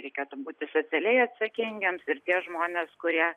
reikėtų būti socialiai atsakingiems ir tie žmonės kurie